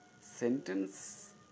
Sentence